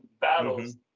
battles